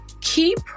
keep